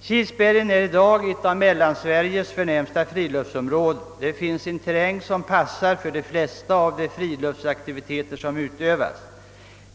Kilsbergen är i dag ett av Mellansveriges förnämsta friluftsområden. Där finns en terräng som passar för de flesta av de friluftsaktiviteter som utövas.